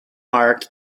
mark